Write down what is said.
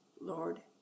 Lord